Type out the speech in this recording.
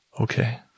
Okay